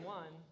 one